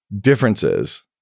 differences